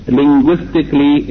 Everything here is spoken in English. linguistically